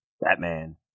Batman